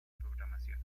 programación